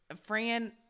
Fran